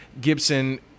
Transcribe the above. Gibson